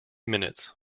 minutes